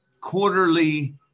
quarterly